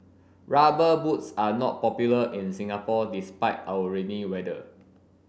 rubber boots are not popular in Singapore despite our rainy weather